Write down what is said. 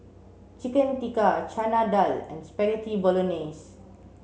Chicken Tikka Chana Dal and Spaghetti Bolognese